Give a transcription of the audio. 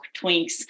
twinks